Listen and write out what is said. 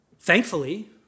thankfully